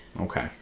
Okay